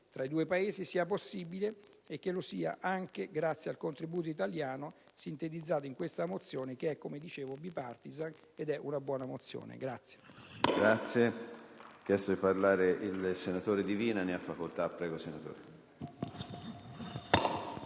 fra i due Paesi sia possibile, e che lo sia anche grazie al contributo italiano sintetizzato in questa mozione che è, come dicevo, *bipartisan*, quindi a maggior ragione